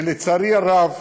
ולצערי הרב,